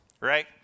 right